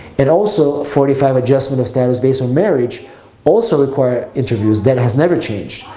and also, forty five adjustment of status based on marriage also require interviews, that has never changed.